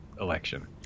election